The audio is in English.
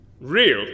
Real